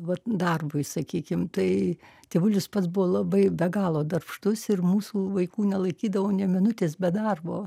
vat darbui sakykim tai tėvulis pats buvo labai be galo darbštus ir mūsų vaikų nelaikydavo nė minutės be darbo